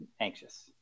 anxious